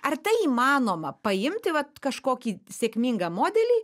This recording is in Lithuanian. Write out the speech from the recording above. ar tai įmanoma paimti vat kažkokį sėkmingą modelį